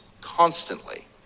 constantly